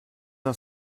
uns